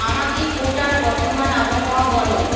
আমাকে কোটার বর্তমান আবহাওয়া বলো